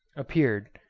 appeared,